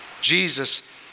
Jesus